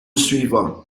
suivant